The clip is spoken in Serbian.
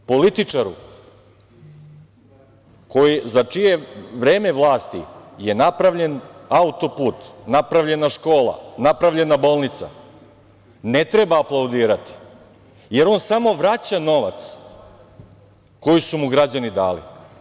Političaru za čije vreme vlasti je napravljen autoput, napravljena škola, napravljena bolnica ne treba aplaudirati, jer on samo vraća novac koji su mu građani dali.